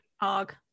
arg